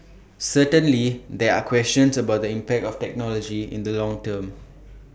certainly there are questions about the impact of technology in the long term